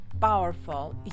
powerful